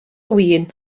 win